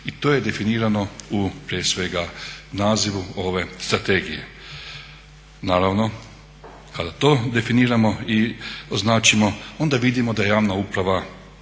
i to je definirano u prije svega nazivu ove strategije. Naravno, kada to definiramo i označimo onda vidimo da je javna uprava